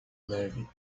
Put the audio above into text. neve